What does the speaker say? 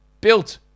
Built